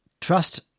Trust